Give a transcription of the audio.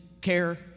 care